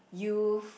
youth